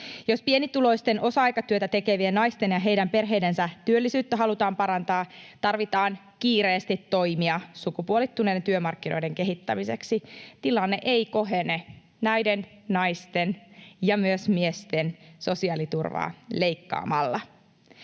Jos pienituloisten osa-aikatyötä tekevien naisten ja heidän perheidensä työllisyyttä halutaan parantaa, tarvitaan kiireesti toimia sukupuolittuneiden työmarkkinoiden kehittämiseksi. Tilanne ei kohene näiden naisten ja myös miesten sosiaaliturvaa leikkaamalla.